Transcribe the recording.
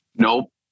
Nope